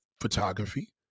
photography